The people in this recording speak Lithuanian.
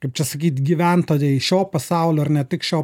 kaip čia sakyt gyventojai šio pasaulio ar ne tik šio